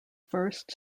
first